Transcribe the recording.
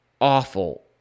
awful